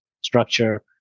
structure